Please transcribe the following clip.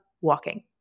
walking